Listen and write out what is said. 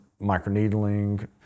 microneedling